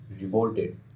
revolted